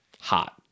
hot